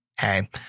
hey